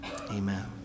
Amen